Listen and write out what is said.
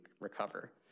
recover